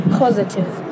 positive